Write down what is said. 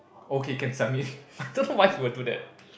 okay can submit I don't know why he will do that